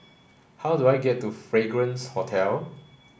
how do I get to Fragrance Hotel